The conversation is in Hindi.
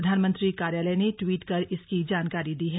प्रधानमंत्री कार्यालय ने ट्वीट कर इसकी जानकारी दी है